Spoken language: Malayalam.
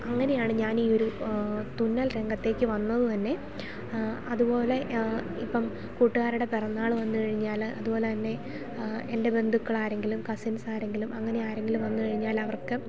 അങ്ങനെയാണ് ഞാൻ ഈ ഒരു തുന്നൽ രംഗത്തേക്ക് വന്നത് തന്നെ അതുപോലെ ഇപ്പം കൂട്ടുകാരടെ പിറന്നാൾ വന്നു കഴിഞ്ഞാൽ അതുപോലെ തന്നെ എൻ്റെ ബന്ധുക്കൾ ആരെങ്കിലും കസിൻസ് ആരെങ്കിലും അങ്ങനെ ആരെങ്കിലും വന്നു കഴിഞ്ഞാൽ അവർക്ക്